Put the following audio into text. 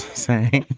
say.